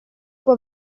può